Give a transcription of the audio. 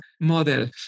model